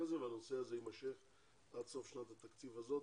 הזה והנושא הזה יימשך עד סוף שנת התקציב הזאת,